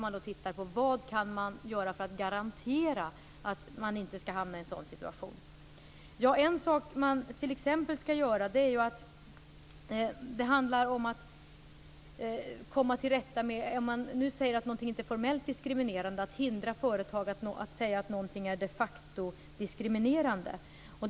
Man tittar nu på vad man kan göra för att garantera att man inte hamnar i en sådan situation. Om man nu säger att någonting inte formellt är diskriminerande vill man hindra företag att säga att någonting de facto är diskriminerande.